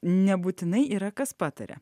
nebūtinai yra kas pataria